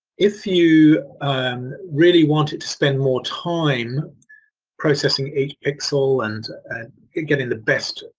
if you really want it to spend more time processing each pixel and getting the best